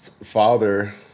father